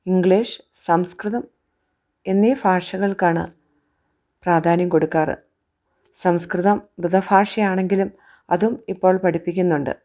English സംസ്കൃതം എന്നീ ഭാഷകൾക്കാണ് പ്രാധാന്യം കൊടുക്കാറ് സംസ്കൃതം മൃതഭാഷയാണെങ്കിലും അതും ഇപ്പോൾ പഠിപ്പിക്കുന്നുണ്ട്